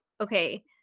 okay